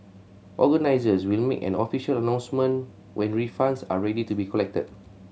organisers will make an official announcement when refunds are ready to be collected